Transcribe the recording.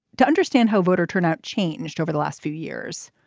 to understand how voter turnout changed over the last few years,